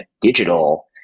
digital